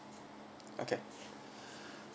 okay